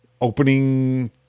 opening